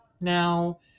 now